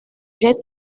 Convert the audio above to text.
j’ai